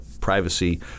privacy